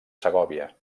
segòvia